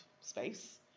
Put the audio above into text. space